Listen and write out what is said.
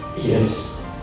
Yes